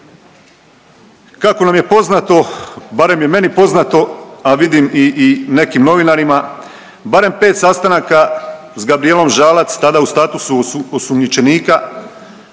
Kako nam je poznato, barem je meni poznato, a vidim i nekim novinarima, barem 5 sastanaka sa Gabrijelom Žalac tada u statusu osumnjičenika